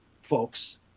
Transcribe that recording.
folks